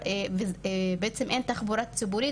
בעצם אין תחבורה ציבורית,